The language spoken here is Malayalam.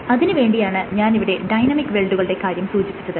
അതിന് വേണ്ടിയാണ് ഞാൻ ഇവിടെ ഡൈനാമിക് വെൽഡുകളുടെ കാര്യം സൂചിപ്പിച്ചത്